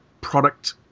product